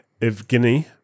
Evgeny